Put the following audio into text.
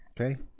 Okay